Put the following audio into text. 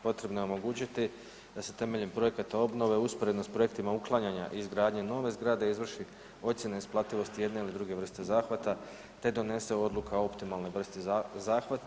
Potrebno je omogućiti da se temeljem projekata obnove usporedno s projektima uklanjanja i izgradnje nove zgrade izvrši ocjena isplativosti jedne ili druge vrste zahvata te donese odluka o optimalnoj vrsti zahvata.